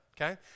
Okay